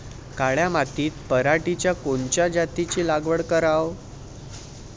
काळ्या मातीत पराटीच्या कोनच्या जातीची लागवड कराव?